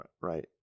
right